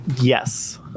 Yes